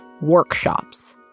workshops